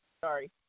Sorry